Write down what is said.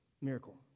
Miracle